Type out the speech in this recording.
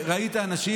וראית אנשים,